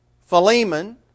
Philemon